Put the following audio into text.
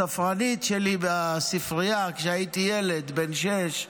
הספרנית שלי בספרייה, כשהייתי ילד בן 6,